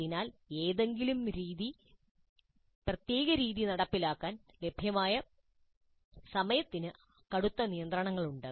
അതിനാൽ ഏതെങ്കിലും പ്രത്യേക രീതി നടപ്പിലാക്കാൻ ലഭ്യമായ സമയത്തിന് കടുത്ത നിയന്ത്രണങ്ങളുണ്ട്